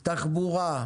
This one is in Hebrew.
תחבורה,